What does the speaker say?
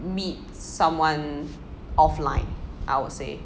meet someone offline I would say